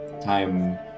time